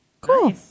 Cool